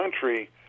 country